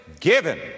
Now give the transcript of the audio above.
given